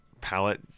palette